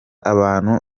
abantu